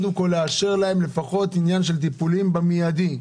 לאשר להם לפחות את הטיפולים במיידי.